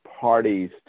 parties